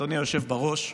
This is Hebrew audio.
אדוני היושב בראש.